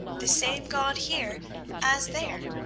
the same god here as there!